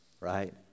right